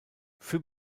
für